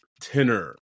tenor